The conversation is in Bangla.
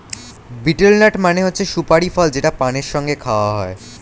বিটেল নাট মানে হচ্ছে সুপারি ফল যেটা পানের সঙ্গে খাওয়া হয়